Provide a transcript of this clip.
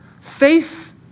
faith